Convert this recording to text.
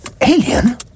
Alien